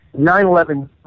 9-11